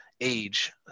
age